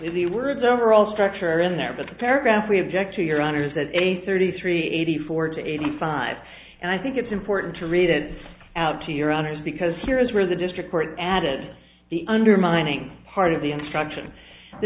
the words overall structure in there but the paragraph we object to your honor is that a thirty three eighty four to eighty five and i think it's important to read it out to your honor's because here is where the district court added the undermining part of the instruction the